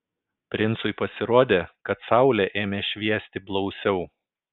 princui pasirodė kad saulė ėmė šviesti blausiau